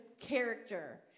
character